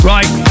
Right